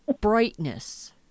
brightness